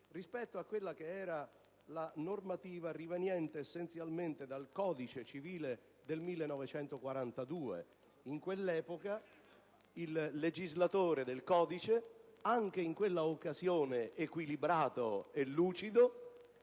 rispetto a quella che era la normativa riveniente essenzialmente dal codice civile del 1942. In quell'epoca il legislatore, anche in quell'occasione - debbo dire - equilibrato e lucido,